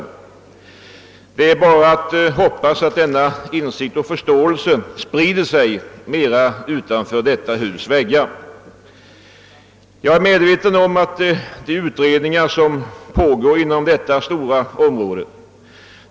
Det är bara att hoppas att denna insikt och förståelse sprider sig mera utanför detta hus väggar. Jag är medveten om de utredningar som pågår inom detta stora område.